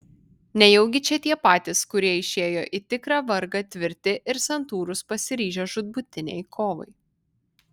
nejaugi čia tie patys kurie išėjo į tikrą vargą tvirti ir santūrūs pasiryžę žūtbūtinei kovai